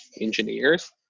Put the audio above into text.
engineers